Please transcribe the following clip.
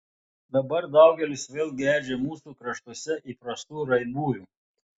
dabar daugelis vėl geidžia mūsų kraštuose įprastų raibųjų